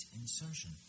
insertion